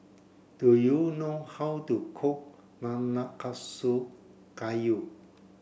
do you know how to cook Nanakusa Gayu